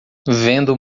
vendo